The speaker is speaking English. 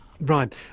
Right